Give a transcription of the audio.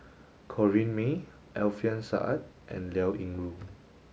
Corrinne May Alfian Sa'at and Liao Yingru